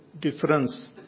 difference